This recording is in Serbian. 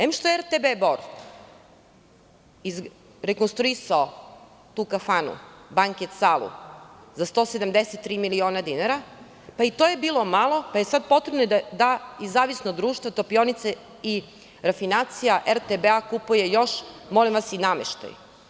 Em, što je RTB Bor rekonstruisao tu kafanu, banket salu za 173 miliona dinara, pa i to je bilo malo, pa je sada potrebno da Zavisno društvo Topionice i refinacija RTB kupuje još, molim vas i nameštaj.